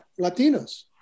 Latinos